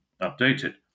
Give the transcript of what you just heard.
updated